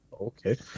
Okay